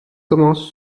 commence